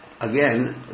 again